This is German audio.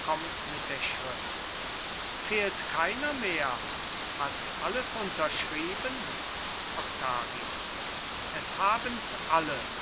kommt mit der schrift fehlt keiner mehr hat alles unterschrieben octavio es habens alle